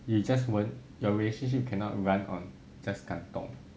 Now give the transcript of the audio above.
you just won't your relationship cannot run on just 感动